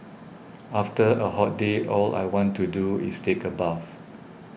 after a hot day all I want to do is take a bath